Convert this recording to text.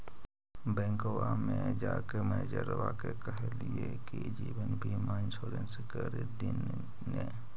बैंकवा मे जाके मैनेजरवा के कहलिऐ कि जिवनबिमा इंश्योरेंस कर दिन ने?